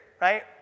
Right